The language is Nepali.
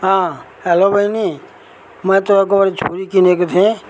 अँ हेलो बहिनी मैले तपाईँकोबाट छुरी किनेको थिएँ